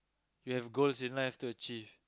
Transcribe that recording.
you have goals in life to achieve